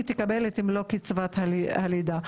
תקבל את מלוא קצבת הלידה,